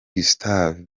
gustave